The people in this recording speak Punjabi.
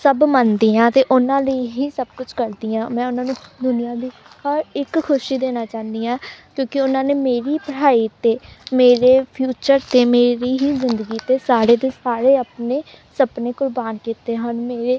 ਸਭ ਮੰਨਦੀ ਹਾਂ ਅਤੇ ਉਹਨਾਂ ਲਈ ਹੀ ਸਭ ਕੁਛ ਕਰਦੀ ਹਾਂ ਮੈਂ ਉਹਨਾਂ ਨੂੰ ਦੁਨੀਆ ਦੀ ਹਰ ਇੱਕ ਖੁਸ਼ੀ ਦੇਣਾ ਚਾਹੁੰਦੀ ਹਾਂ ਕਿਉਂਕਿ ਉਹਨਾਂ ਨੇ ਮੇਰੀ ਪੜ੍ਹਾਈ ਅਤੇ ਮੇਰੇ ਫਿਊਚਰ ਅਤੇ ਮੇਰੀ ਹੀ ਜ਼ਿੰਦਗੀ 'ਤੇ ਸਾਰੇ ਦੇ ਸਾਰੇ ਆਪਣੇ ਸੁਪਨੇ ਕੁਰਬਾਨ ਕੀਤੇ ਹਨ ਮੇਰੇ